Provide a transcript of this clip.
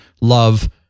love